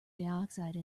dioxide